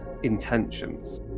intentions